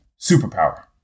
superpower